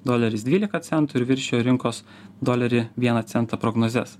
doleris dvylika centų ir viršijo rinkos dolerį vieną centą prognozes